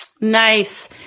Nice